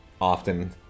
often